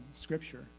Scripture